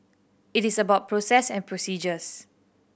it is about process and procedures